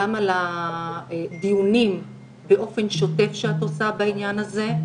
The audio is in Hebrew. גם על הדיונים באופן שוטף שאת עושה בעניין הזה,